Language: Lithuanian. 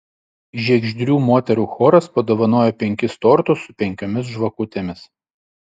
žiegždrių moterų choras padovanojo penkis tortus su penkiomis žvakutėmis